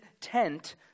tent